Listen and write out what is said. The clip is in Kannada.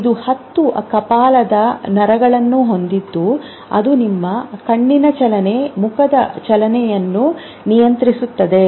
ಇದು 10 ಕಪಾಲದ ನರಗಳನ್ನು ಹೊಂದಿದ್ದು ಅದು ನಿಮ್ಮ ಕಣ್ಣಿನ ಚಲನೆ ಮುಖದ ಚಲನೆಯನ್ನು ನಿಯಂತ್ರಿಸುತ್ತದೆ